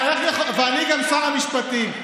ואני גם שר המשפטים.